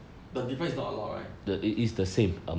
the device is not a lot right